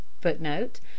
footnote